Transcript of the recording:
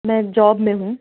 मैं जॉब में हूँ